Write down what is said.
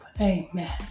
Amen